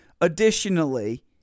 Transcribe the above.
Additionally-